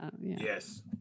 Yes